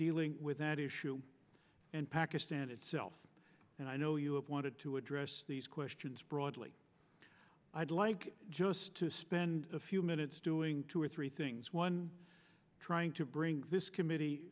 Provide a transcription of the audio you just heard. dealing with that issue and pakistan itself and i know you have wanted to address these questions broadly i'd like just to spend a few minutes doing two or three things one trying to bring this committee